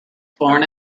born